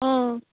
অঁ